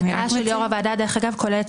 ההצעה של יושב-ראש הוועדה דרך אגב כוללת